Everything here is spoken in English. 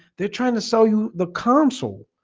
they're trying to sell you the console